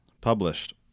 published